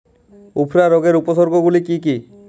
উফরা রোগের উপসর্গগুলি কি কি?